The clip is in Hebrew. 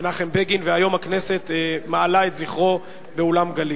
חבר הכנסת יצחק אהרונוביץ.